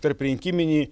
tarp rinkiminį